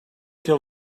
till